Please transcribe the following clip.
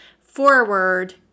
forward